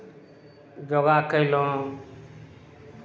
योगा कयलहुँ